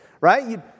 right